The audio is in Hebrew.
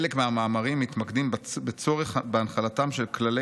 "חלק מהמאמרים מתמקדים בצורך בהנחלתם של כללי